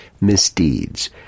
misdeeds